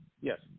Yes